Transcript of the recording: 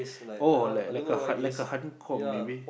oh like like a heart like a hearting poem maybe